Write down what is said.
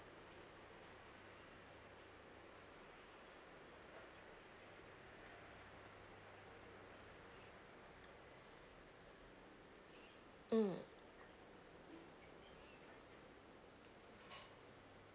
mm